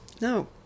No